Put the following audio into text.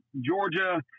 Georgia